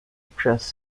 across